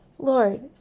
Lord